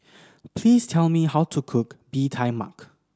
please tell me how to cook Bee Tai Mak